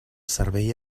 servei